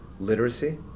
literacy